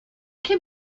can